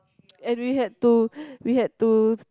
and we had to we had to